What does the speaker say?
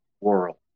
world